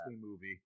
movie